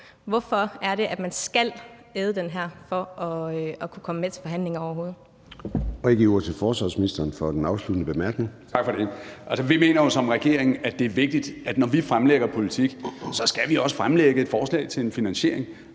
Hvorfor er det, at man skal æde den her for overhovedet at kunne komme med til forhandlinger?